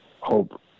hope